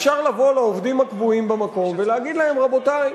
אפשר לבוא לעובדים הקבועים במקום ולהגיד להם: רבותי,